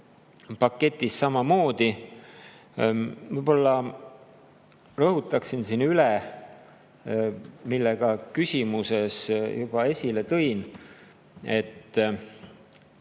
paketis samamoodi. Võib-olla rõhutaksin siin üle, mille küsimuses juba esile tõin, et